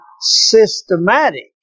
systematic